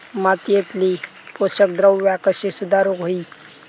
मातीयेतली पोषकद्रव्या कशी सुधारुक होई?